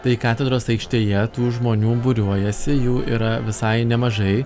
tai katedros aikštėje tų žmonių būriuojasi jų yra visai nemažai